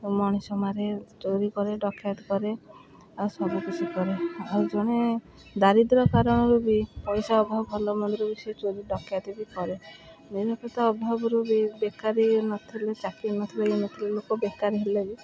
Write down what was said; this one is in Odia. ମଣିଷ ମାରେ ଚୋରି କରେ ଡକାୟତ କରେ ଆଉ ସବୁକିଛି କରେ ଆଉ ଜଣେ ଦାରିଦ୍ର୍ୟ କାରଣରୁ ବି ପଇସା ଅଭାବ ଭଲ ମନ୍ଦରୁ ବି ସେ ଚୋରି ଡକାୟତି ବି କରେ ଅଭାବରୁ ବି ବେକାରୀ ନଥିଲେ ଚାକିରି ନଥିଲେ ଏଇ ନଥିଲେ ଲୋକ ବେକାରୀ ହେଲେ ବି